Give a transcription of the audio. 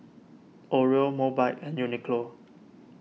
Oreo Mobike and Uniqlo